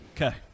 Okay